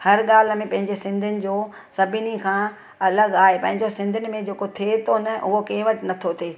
हर ॻाल्हि में पइजे सिंधियुनि जो सभिनी खां अलॻि आहे पैंजो सिंधियुनि में जेको थिए थो न उहो कंहिं वटि नथो थिए